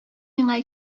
миңа